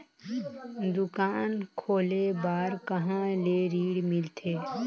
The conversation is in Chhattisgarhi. दुकान खोले बार कहा ले ऋण मिलथे?